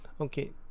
okay